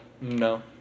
No